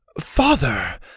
Father